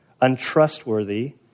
untrustworthy